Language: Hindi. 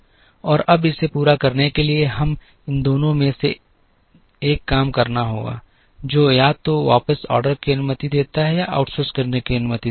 और अब इसे पूरा करने के लिए हमें इन दोनों में से एक काम करना होगा जो या तो वापस ऑर्डर करने की अनुमति देता है या आउटसोर्स करने की अनुमति देता है